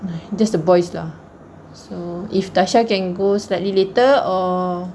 just the boys lah so if tasha can go slightly later or